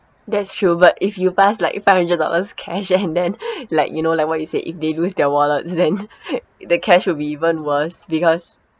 that's true but if you pass like five hundred dollars cash and then like you know like what you said if they lose their wallets then the cash will be even worse because